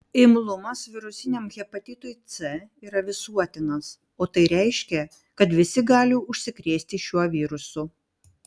imlumas virusiniam hepatitui c yra visuotinas o tai reiškia kad visi gali užsikrėsti šiuo virusu